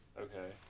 Okay